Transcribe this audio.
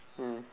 mm